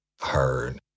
heard